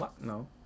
No